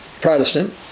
Protestant